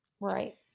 Right